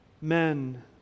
men